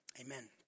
amen